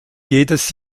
jedes